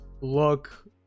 look